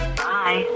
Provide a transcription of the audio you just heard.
bye